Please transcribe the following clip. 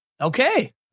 Okay